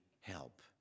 help